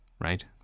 right